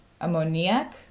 ammoniac